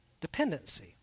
dependency